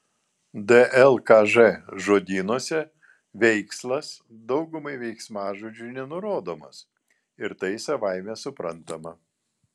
dlkž žodynuose veikslas daugumai veiksmažodžių nenurodomas ir tai savaime suprantama